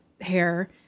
hair